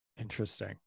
Interesting